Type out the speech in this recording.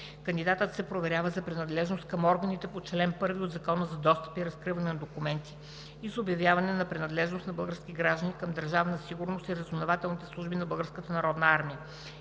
Кандидатът се проверява за принадлежност към органите по чл. 1 от Закона за достъп и разкриване на документите и за обявяване на принадлежност на български граждани към Държавна сигурност и разузнавателните служби на